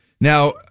now